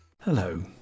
Hello